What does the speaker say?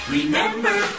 Remember